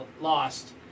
lost